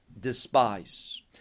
despise